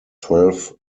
twelve